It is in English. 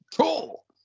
cool